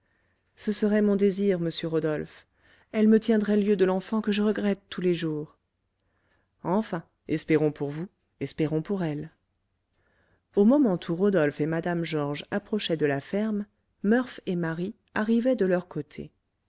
ce serait mon désir monsieur rodolphe elle me tiendrait lieu de l'enfant que je regrette tous les jours enfin espérons pour vous espérons pour elle au moment où rodolphe et mme georges approchaient de la ferme murph et marie arrivaient de leur côté